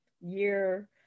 year